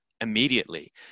immediately